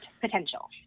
potential